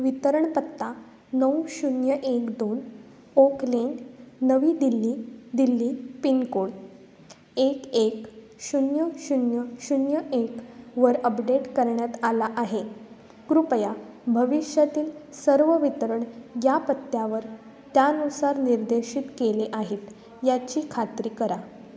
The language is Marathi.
वितरणपत्ता नऊ शून्य एक दोन ओकलेन नवी दिल्ली दिल्ली पिनकोड एक एक शून्य शून्य शून्य एकवर अपडेट करण्यात आला आहे कृपया भविष्यातील सर्व वितरण या पत्त्यावर त्यानुसार निर्देशित केले आहेत याची खात्री करा